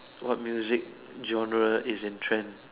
what music genre is in trend